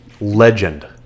Legend